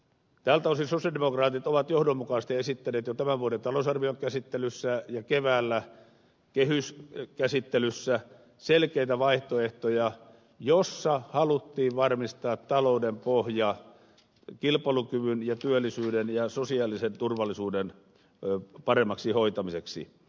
tältä osin sosialidemokraatit ovat johdonmukaisesti esittäneet jo tämän vuoden talousarvion käsittelyssä ja keväällä kehyskäsittelyssä selkeitä vaihtoehtoja joissa haluttiin varmistaa talouden pohja kilpailukyvyn työllisyyden ja sosiaalisen turvallisuuden paremmaksi hoitamiseksi